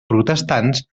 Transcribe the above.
protestants